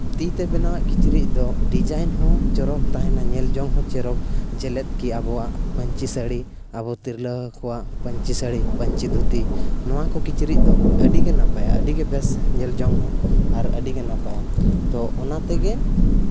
ᱛᱤᱛᱮ ᱵᱮᱱᱟᱣᱟᱜ ᱠᱤᱪᱨᱤᱡ ᱫᱚ ᱰᱤᱡᱟᱭᱤᱱ ᱦᱚᱸ ᱪᱚᱨᱚᱠ ᱛᱟᱦᱮᱱᱟ ᱧᱮᱞᱡᱚᱝ ᱦᱚᱸ ᱪᱚᱨᱚᱠ ᱡᱮᱞᱮᱫ ᱠᱤ ᱟᱵᱚᱣᱟᱜ ᱯᱟᱹᱧᱪᱤ ᱥᱟᱹᱲᱤ ᱟᱵᱚ ᱛᱤᱨᱞᱟᱹ ᱠᱚᱣᱟᱜ ᱯᱟᱹᱧᱪᱤ ᱥᱟᱹᱲᱤ ᱯᱟᱹᱧᱪᱤ ᱫᱷᱩᱛᱤ ᱱᱚᱣᱟ ᱠᱚ ᱠᱤᱪᱨᱤᱡ ᱫᱚ ᱟᱹᱰᱤᱜᱮ ᱱᱟᱯᱟᱭᱟ ᱟᱹᱰᱤᱜᱮ ᱵᱮᱥ ᱧᱮᱞᱡᱚᱝ ᱦᱚᱸ ᱟᱨ ᱟᱹᱰᱤᱜᱮ ᱱᱟᱯᱟᱭᱟ ᱛᱳ ᱚᱱᱟ ᱛᱮᱜᱮ